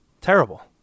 Terrible